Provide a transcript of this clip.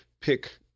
pick